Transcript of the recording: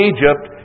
Egypt